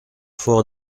fort